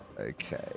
Okay